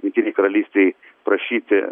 jungtinei karalystei prašyti